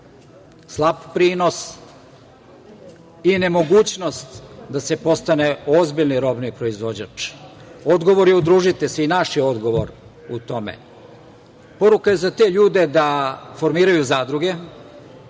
slab prinos i nemogućnost da se postane ozbiljni robni proizvođač. Odgovor je udružite se i naš je odgovor u tome. Poruka je za te ljude da formiraju zadruge